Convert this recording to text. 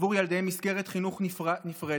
עבור ילדיהם מסגרת חינוך נפרדת,